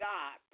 God